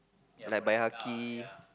like Baihaki